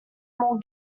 more